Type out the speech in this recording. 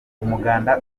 umuganda